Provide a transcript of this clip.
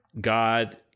God